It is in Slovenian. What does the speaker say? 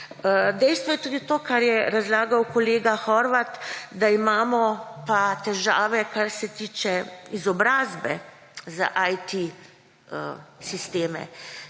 Dejstvo je tudi to, kar je razlagal kolega Horvat, da imamo pa težave, kar se tiče izobrazbe za IT sisteme.